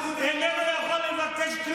שהם ארגון טרור.